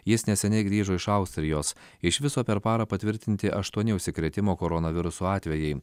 jis neseniai grįžo iš austrijos iš viso per parą patvirtinti aštuoni užsikrėtimo koronaviruso atvejai